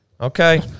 okay